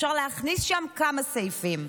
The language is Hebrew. אפשר להכניס שם כמה סעיפים.